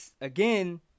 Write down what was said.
again